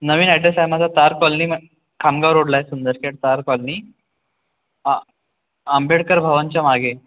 नवीन address आहे माझा तार कॉलनी खामगाव रोडला आहे सुन्दरखेड तार कॉलनी आ आंबेडकर भवनच्या मागे